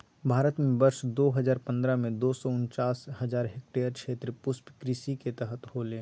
भारत में वर्ष दो हजार पंद्रह में, दो सौ उनचास हजार हेक्टयेर क्षेत्र पुष्पकृषि के तहत होले